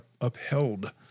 upheld